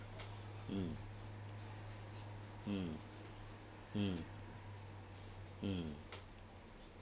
mm mm mm mm